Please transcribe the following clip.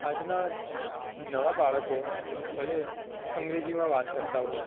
આજનાં નવાં બાળકો ભલે અંગ્રેજીમાં વાત કરતાં હોય